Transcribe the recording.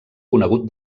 conegut